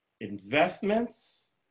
Investments